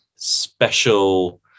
special